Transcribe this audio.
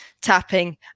tapping